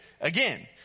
again